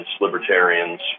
libertarians